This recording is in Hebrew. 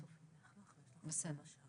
כן, בסדר.